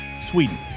Sweden